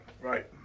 Right